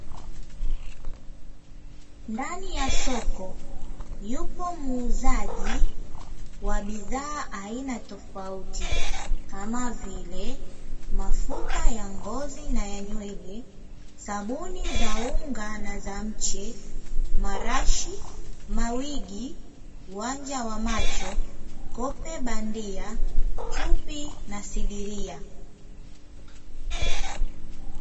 Ndani ya soko yupo muuzaji wa bidhaa aina tofauti, kama vile: mafuta ya ngozi na ya nywele, sabuni za unga na za mche, marashi, mawigi, wanja wa macho, kope bandia, chupi na sidiria.